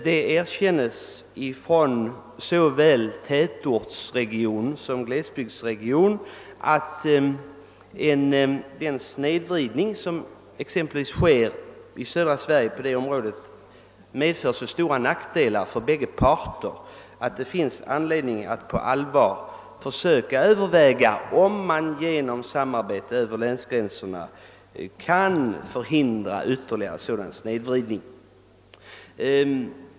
Där erkänner man inom såväl tätortsregioner som glesbygdsregioner att den snedvridning som sker på detta område medför så stora nackdelar för bägge parter att det finns anledning att på allvar försöka överväga om man genom samarbete över länsgränserna kan förhindra ytterligare sådan snedvridning.